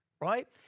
right